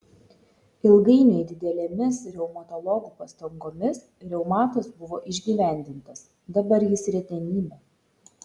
ilgainiui didelėmis reumatologų pastangomis reumatas buvo išgyvendintas dabar jis retenybė